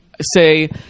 say